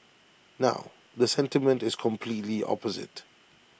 now the sentiment is completely opposite